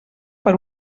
per